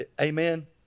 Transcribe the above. Amen